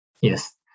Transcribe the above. Yes